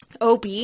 OB